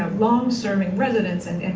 um long serving residents and